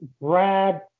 Brad